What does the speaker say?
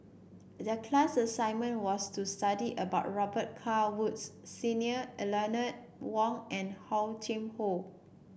the class assignment was to study about Robet Carr Woods Senior Eleanor Wong and Hor Chim Or